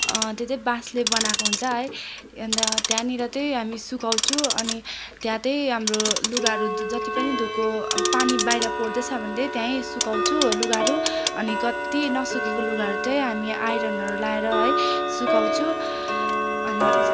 त्यो तै बाँसले बनाएको हुन्छ है अन्त त्यहाँनिर तै हामी सुकाउँछु अनि त्यहाँ तै हाम्रो लुगाहरू जत्ति पनि धोएको पानी बाहिर पर्दैछ भने तै त्यहीँ सुकाउँछु लुगाहरू अनि कत्ति नसुकेको लुगाहरू तै हामी आइरनहरू लगाएर है सुकाउँछु अनि त्यति